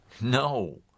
No